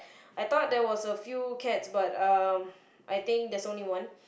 I thought there was a few cats but um I think there's only one